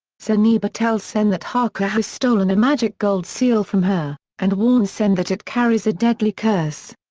zeniba tells sen that haku has stolen a magic gold seal from her, and warns sen that it carries a deadly curse.